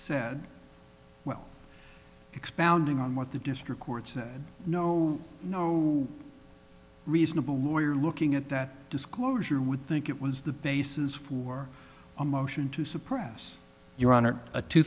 said well expounding on what the district courts no reasonable we're looking at that disclosure would think it was the basis for a motion to suppress your honor of two